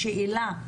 השאלה,